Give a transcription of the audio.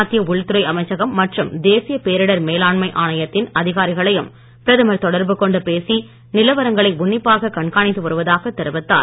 மத்திய உள்துறை அமைச்சகம் மற்றும் தேசிய பேரிடர் மேலாண்மை ஆணையத்தின் அதிகாரிகளையும் பிரதமர் தொடர்பு கொண்டு பேசி நிலவரங்களை உன்னிப்பாக கண்காணித்து வருவதாக தெரிவித்தார்